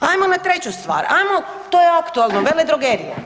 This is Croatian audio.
Hajmo na treću stvar, hajmo to je aktualno vele drogerije.